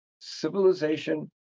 civilization